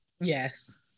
Yes